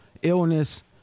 Illness